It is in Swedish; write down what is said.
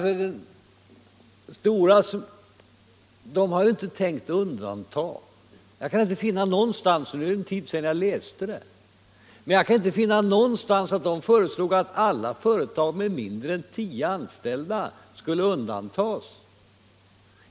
Visserligen var det en tid sedan jag läste utlåtandet, men jag kan inte erinra mig att det någonstans står att kommittén har föreslagit att alla företag med mindre än tio anställda skall undantas.